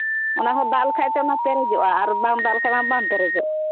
ᱚᱱᱟᱦᱚᱸ ᱫᱟᱜ ᱞᱮᱠᱷᱟᱡ ᱛᱮ ᱚᱱᱟᱫᱚ ᱯᱮᱨᱮᱡᱚᱜᱼᱟ ᱟᱨ ᱵᱟᱝ ᱫᱟᱜ ᱞᱮᱠᱷᱟᱡ ᱢᱟ ᱵᱟᱝ ᱯᱮᱨᱮᱡᱚᱜ